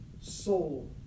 soul